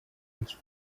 pels